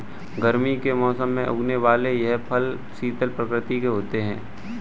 गर्मी के मौसम में उगने वाले यह फल शीतल प्रवृत्ति के होते हैं